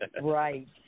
Right